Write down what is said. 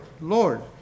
Lord